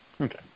Okay